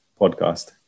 podcast